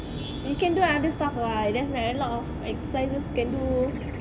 you can do other stuff [what] there's like a lot of exercises you can do you like what